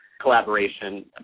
collaboration